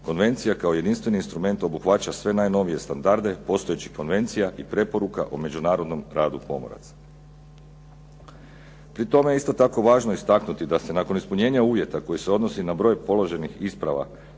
konvencija kao jedinstveni instrument obuhvaća sve najnovije standarde postojećih konvencija i preporuka o međunarodnom radu pomoraca. Pri tome je isto tako važno istaknuti da se nakon ispunjenja uvjeta koji se odnosi na broj položenih isprava